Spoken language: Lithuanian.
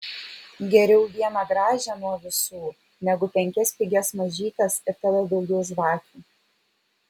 geriau vieną gražią nuo visų negu penkias pigias mažytes ir tada daugiau žvakių